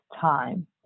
time